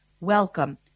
welcome